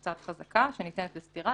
הצעת חזקה שניתנת לסתירה,